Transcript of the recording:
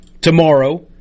tomorrow